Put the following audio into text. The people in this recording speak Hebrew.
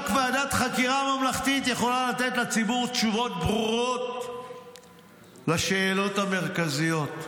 רק ועדת חקירה ממלכתית יכולה לתת לציבור תשובות ברורות לשאלות המרכזיות.